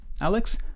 Alex